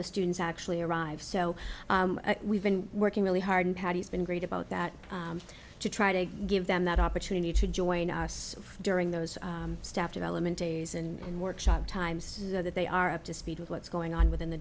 the students actually arrive so we've been working really hard in paddy's been great about that to try to give them that opportunity to join us during those staff development days and workshop times so that they are up to speed with what's going on within the